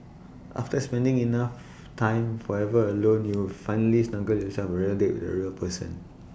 after spending enough time forever alone you've finally snugged yourself A real date with A real person